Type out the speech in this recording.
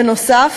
בנוסף,